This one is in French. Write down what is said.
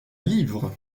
livre